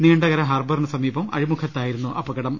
നീണ്ടകർ ഹാർബറിനു സമീപം അഴിമുഖത്തായിരുന്നു അപകടം